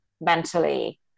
mentally